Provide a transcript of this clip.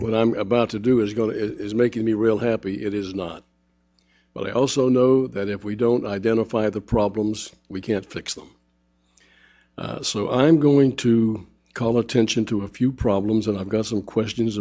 what i'm about to do is go is making me real happy it is not but i also know that if we don't identify the problems we can't fix them so i'm going to call attention to a few problems and i've got some questions